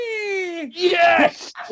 Yes